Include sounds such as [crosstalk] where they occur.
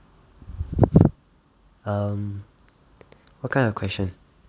[noise] um what kind of question